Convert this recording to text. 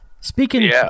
Speaking